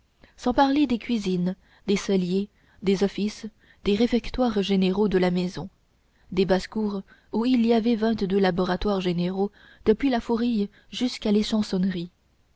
sans parler des cuisines des celliers des offices des réfectoires généraux de la maison des basses-cours où il y avait vingt-deux laboratoires généraux depuis la fourille jusqu'à l'échansonnerie